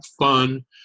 fun